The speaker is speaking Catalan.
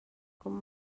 com